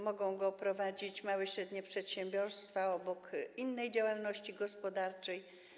Mogą go prowadzić małe i średnie przedsiębiorstwa obok innej działalności gospodarczej.